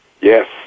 Yes